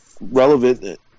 relevant